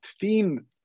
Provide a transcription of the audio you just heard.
theme